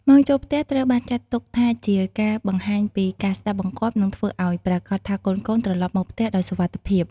ម៉ោងចូលផ្ទះត្រូវបានចាត់ទុកថាជាការបង្ហាញពីការស្ដាប់បង្គាប់ និងធ្វើឱ្យប្រាកដថាកូនៗត្រឡប់មកផ្ទះដោយសុវត្ថិភាព។